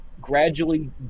gradually